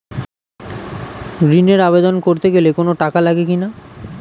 ঋণের আবেদন করতে গেলে কোন টাকা লাগে কিনা?